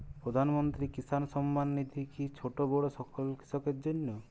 প্রধানমন্ত্রী কিষান সম্মান নিধি কি ছোটো বড়ো সকল কৃষকের জন্য?